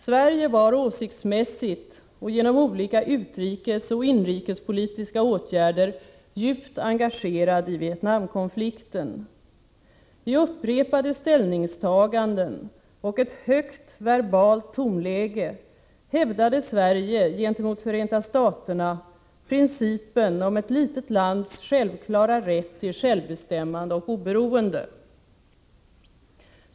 Sverige var åsiktsmässigt och genom olika utrikesoch inrikespolitiska åtgärder djupt engagerat i Vietnam-konflikten. I upprepade ställningstaganden och ett högt verbalt tonläge hävdade Sverige gentemot Förenta staterna principen om ett litet lands självklara rätt till självbestämmande och oberoende.